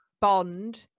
bond